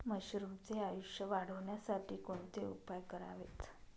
मशरुमचे आयुष्य वाढवण्यासाठी कोणते उपाय करावेत?